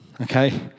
Okay